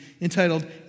entitled